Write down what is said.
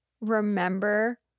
remember